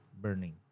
burning